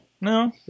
No